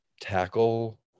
tackle